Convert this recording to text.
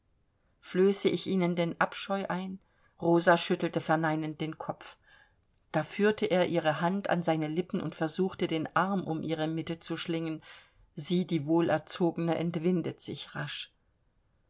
flöße ich ihnen denn abscheu ein rosa schüttelt verneinend den kopf da führt er ihre hand an seine lippen und versuchte den arm um ihre mitte zu schlingen sie die wohlerzogene entwindet sich rasch